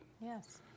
Yes